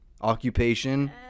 Occupation